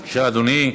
בבקשה, אדוני,